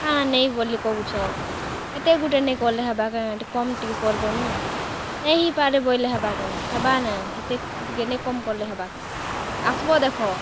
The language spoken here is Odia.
କା'ଣା ନାଇ ବୋଲି କହୁଛ୍ ହେତେ ଗୁଟେ ନାଇଁ କଲେ ହେବା କେଁ କମ୍ ଟିକେ କର୍ବ ନ ନାଇ ହେଇପାରେ ବୋଏଲେ ହେବା କେଁ ହେବା ନା ହେତେ ଟିକେ ନାଇ କମ୍ କଲେ ହେବା କେଁ ହେତେ ଆସ୍ବ ଦେଖ